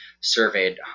surveyed